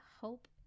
hope